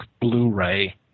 Blu-ray